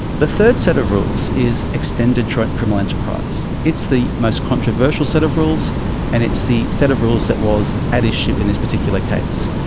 the third set of rules is extended criminal enterprise. it's the most controversial set of rules and it's the set of rules that was at issue in this particular case.